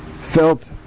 felt